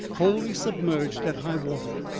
wholly submerged at high water,